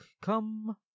come